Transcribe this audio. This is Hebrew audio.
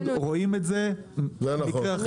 רואים את זה מקרה אחרי מקרה.